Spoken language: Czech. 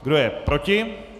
Kdo je proti?